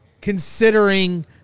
considering